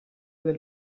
del